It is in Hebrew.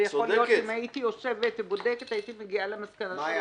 ויכול להיות שאם הייתי יושבת ובודקת הייתי מגיעה למסקנה שלכם,